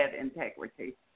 integrity